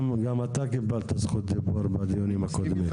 אתה קיבלת זכות דיבור בדיונים הקודמים.